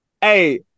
hey